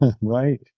right